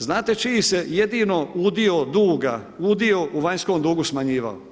Znate čiji se jedino udio duga udio u vanjskom dugu smanjivao?